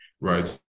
right